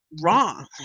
wrong